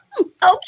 Okay